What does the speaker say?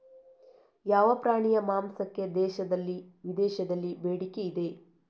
ಯಾವ ಪ್ರಾಣಿಯ ಮಾಂಸಕ್ಕೆ ದೇಶದಲ್ಲಿ ವಿದೇಶದಲ್ಲಿ ಬೇಡಿಕೆ ಇದೆ?